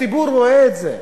הציבור רואה את זה.